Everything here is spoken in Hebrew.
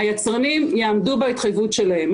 היצרנים יעמדו בהתחייבות שלהם.